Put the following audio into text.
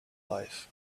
life